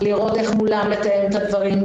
לראות איך לתאם מולם את הדברים.